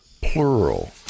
plural